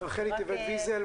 רחלי טבת ויזל,